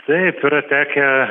taip yra tekę